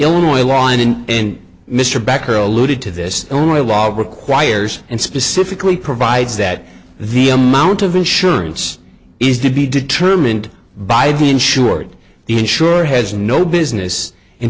illinois law and an end mr becker alluded to this only log requires and specifically provides that the amount of insurance is to be determined by the insured the insurer has no business in